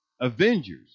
Avengers